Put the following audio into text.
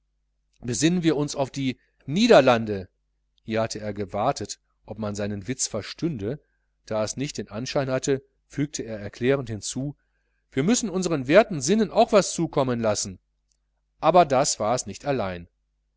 wir uns auf die niederlande hier hatte er gewartet ob man seinen witz verstünde da es nicht den anschein hatte fügte er erklärend hinzu wir müssen unsern werten sinnen auch was zukommen lassen aber das war es nicht allein